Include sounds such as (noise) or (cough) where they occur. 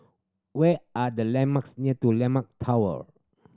where are the landmarks near (unintelligible) Landmark Tower